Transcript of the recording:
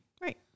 Right